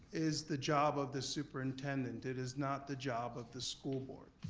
is the job of the superintendent. it is not the job of the school board.